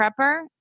prepper